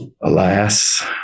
Alas